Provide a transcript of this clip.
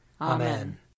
Amen